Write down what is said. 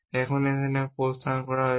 এখন অনেক প্রস্থান করা হয়েছে